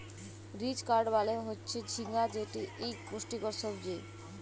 ridge gourd মালে হচ্যে ঝিঙ্গা যেটি ইক পুষ্টিকর সবজি